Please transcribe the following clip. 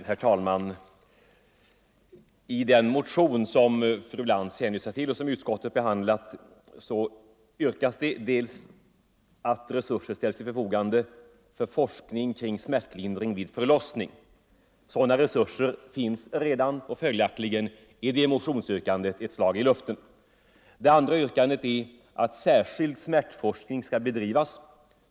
Herr talman! I den motion som fru Lantz hänvisar till och som utskottet behandlat yrkas för det första att resurser ställs till förfogande för forskning kring smärtlindring vid förlossning. Sådana resurser finns redan, och följaktligen är det motionsyrkandet ett slag i luften. För det andra yrkas att särskild smärtforskning skall bedrivas.